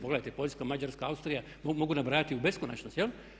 Pogledajte Poljska, Mađarska, Austrija, mogu nabrajati u beskonačnost jel?